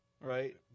right